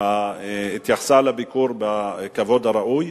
התייחסה לביקור בכבוד הראוי,